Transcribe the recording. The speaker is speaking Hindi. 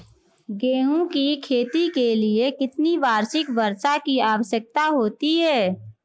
गेहूँ की खेती के लिए कितनी वार्षिक वर्षा की आवश्यकता होती है?